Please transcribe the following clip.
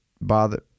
bother